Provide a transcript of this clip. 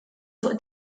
fuq